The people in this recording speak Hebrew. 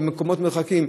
במקומות מרוחקים,